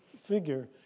figure